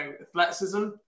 athleticism